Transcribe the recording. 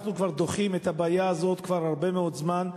אנחנו דוחים את הבעיה הזאת כבר הרבה מאוד זמן.